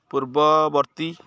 ପୂର୍ବବର୍ତ୍ତୀ